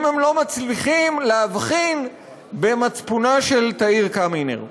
אם הם לא מצליחים להבחין במצפונה של תאיר קמינר?